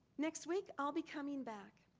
next week, i'll be coming back.